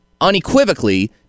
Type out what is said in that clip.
unequivocally